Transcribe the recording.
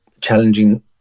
challenging